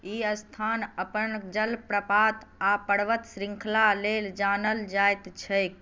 ई स्थान अपन जलप्रपात आ पर्वत श्रृंखला लेल जानल जाइत छैक